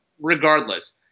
regardless